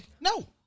No